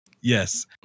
Yes